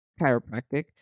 chiropractic